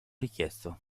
richiesto